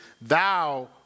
Thou